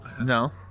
No